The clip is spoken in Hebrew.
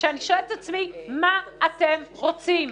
שאני שואלת את עצמי: מה אתם רוצים?